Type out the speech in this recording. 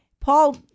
Paul